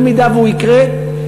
במידה שהוא יקרה,